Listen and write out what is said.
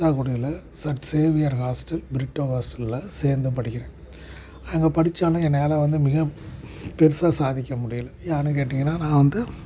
புறத்தாக்குடியில sir Xavier hostel Britto ஹாஸ்டலில் சேர்ந்து படிக்கிறேன் அங்கே படித்தாலும் என்னையால் வந்து மிகப் பெருசாக சாதிக்க முடியலை ஏன்னெனு கேட்டிங்கனால் நான் வந்து